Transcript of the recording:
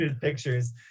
pictures